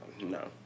No